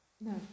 No